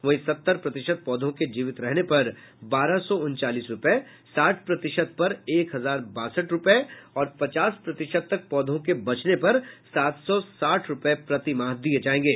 वहीं सत्तर प्रतिशत पौधों के जीवित रहने पर बारह सौ उनचालीस रूपये साठ प्रतिशत पर एक हजार बासठ रूपये और पचास प्रतिशत तक पौधों के बचने पर सात सौ आठ रूपये प्रतिमाह दिये जायेंगे